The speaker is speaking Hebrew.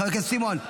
חבר הכנסת סימון,